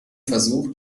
versucht